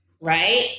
Right